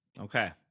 okay